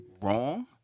wrong